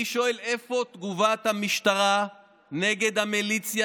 אני שואל: איפה תגובת המשטרה נגד המיליציה